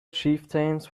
chieftains